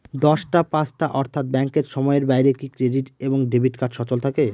দশটা পাঁচটা অর্থ্যাত ব্যাংকের সময়ের বাইরে কি ক্রেডিট এবং ডেবিট কার্ড সচল থাকে?